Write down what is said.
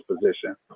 position